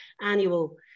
annual